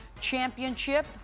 championship